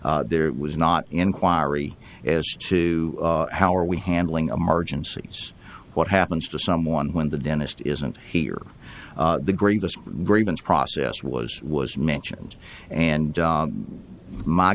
c there was not inquiry as to how are we handling emergencies what happens to someone when the dentist isn't here the greatest grievance process was was mentioned and